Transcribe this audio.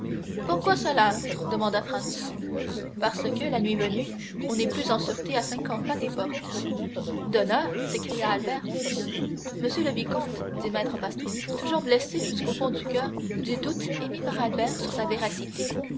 pourquoi cela demanda franz parce que la nuit venue on n'est plus en sûreté à cinquante pas des portes d'honneur s'écria albert monsieur le vicomte dit maître pastrini toujours blessé jusqu'au fond du coeur du doute émis par albert sur sa véracité